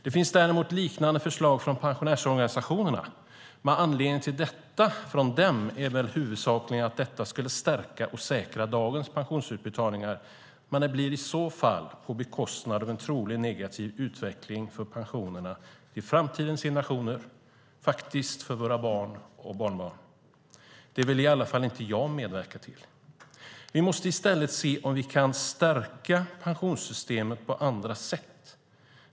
Det finns liknande förslag från pensionärsorganisationerna, men anledningen till detta är väl huvudsakligen att de förslagen skulle stärka och säkra dagens pensionsutbetalningar. Det sker dock i så fall till priset av en trolig negativ utveckling för pensionerna till framtidens generationer, för våra barn och barnbarn. Det vill i alla fall inte jag medverka till. Vi måste i stället se om vi kan stärka pensionssystemet på andra sätt.